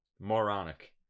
Moronic